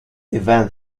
event